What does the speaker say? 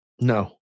No